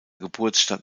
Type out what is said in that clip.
geburtsstadt